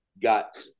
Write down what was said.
got